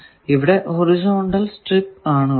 ഇവിടെ horizontal strip ആണ് ഉള്ളത്